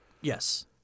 yes